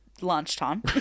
lunchtime